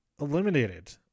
eliminated